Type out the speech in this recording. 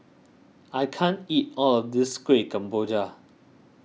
I can't eat all of this Kueh Kemboja